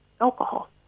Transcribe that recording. alcohol